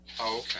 okay